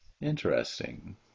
Interesting